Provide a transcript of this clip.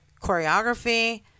choreography